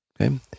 Okay